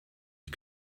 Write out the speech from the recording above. ich